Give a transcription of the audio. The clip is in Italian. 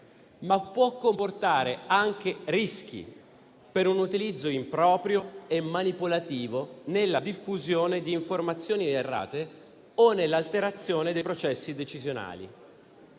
ma può comportare anche rischi, in caso di utilizzo improprio e manipolativo nella diffusione di informazioni errate o nell'alterazione dei processi decisionali.